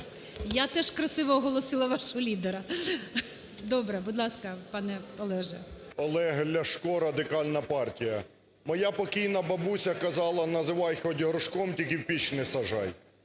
Я теж красиво оголосила вашого лідера. Добре. Будь ласка, панеОлеже. 13:13:22 ЛЯШКО О.В. Олег Ляшко, Радикальна партія. Моя покійна бабуся казала: "Називай хоч горшком, тільки в піч не саджай".